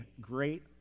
great